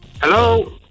Hello